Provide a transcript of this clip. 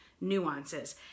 nuances